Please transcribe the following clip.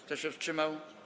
Kto się wstrzymał?